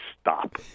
stop